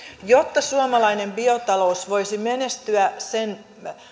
jotta suomalainen biotalous voisi menestyä sen